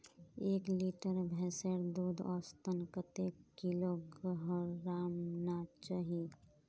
एक लीटर भैंसेर दूध औसतन कतेक किलोग्होराम ना चही?